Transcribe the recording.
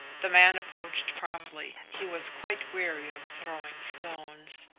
the man approached promptly he was quite weary of throwing stones.